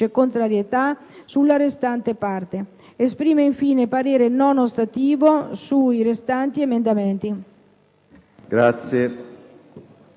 contrarietà sulla restante parte. Esprime infine parere non ostativo sui restanti emendamenti».